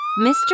Mr